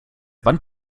wand